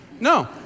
No